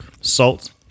salt